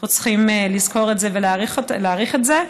אנחנו צריכים לזכור את זה ולהעריך את זה.